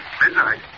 Midnight